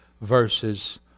verses